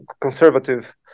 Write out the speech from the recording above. conservative